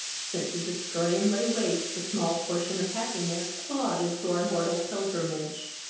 sent to destroy and lay waste the small portion of happiness allotted to our mortal pilgrimage.